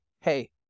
hey